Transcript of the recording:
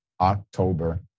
October